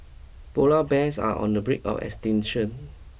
polar bears are on the brick of extinction